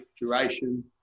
duration